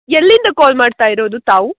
ಎಲ್ಲಿಂದ ಕಾಲ್ ಮಾಡ್ತಾ ಇರೋದು ತಾವು